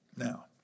Now